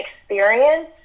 experience